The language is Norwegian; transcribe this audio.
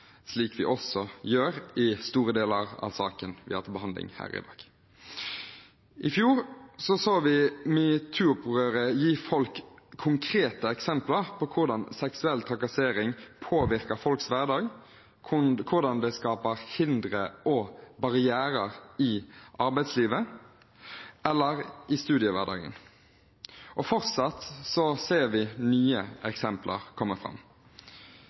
slik vi også gjør det i store deler av den saken vi har til behandling her i dag. I fjor så vi metoo-opprøret gi folk konkrete eksempler på hvordan seksuell trakassering påvirker folks hverdag, og hvordan det skaper hindre og barrierer i arbeidslivet eller i studiehverdagen. Fortsatt ser vi nye eksempler komme fram.